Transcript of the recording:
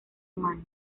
humano